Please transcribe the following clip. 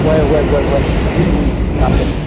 ꯍꯣꯏ ꯍꯣꯏ ꯍꯣꯏ ꯍꯣꯏ ꯑꯗꯨꯝ ꯎꯏ